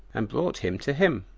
and brought him to him,